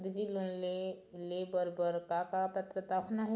कृषि लोन ले बर बर का का पात्रता होना चाही?